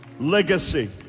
Legacy